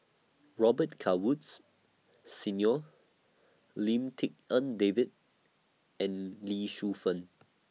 Robet Carr Woods Senior Lim Tik En David and Lee Shu Fen